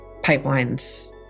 pipelines